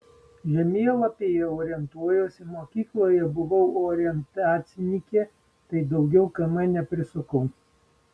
žemėlapyje orientuojuosi mokykloje buvau orientacininkė tai daugiau km neprisukau